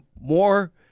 more